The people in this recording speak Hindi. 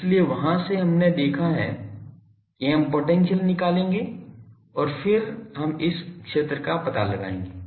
इसलिए वहां से हमने देखा है कि हम पोटेंशियल निकालेंगे और फिर हम इस क्षेत्र का पता लगाएंगे